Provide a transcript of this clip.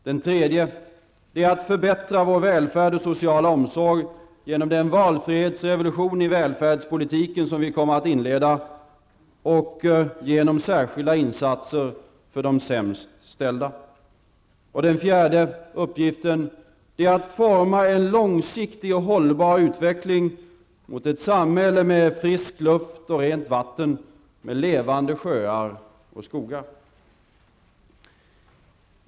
Den tredje är att förbättra vår välfärd och sociala omsorg genom den valfrihetsrevolution i välfärdspolitiken som vi kommer att inleda och genom särskilda insatser för de sämst ställda. Den fjärde uppgiften är att forma en långsiktig och hållbar utveckling mot ett samhälle med frisk luft och rent vatten, med levande sjöar och skogar.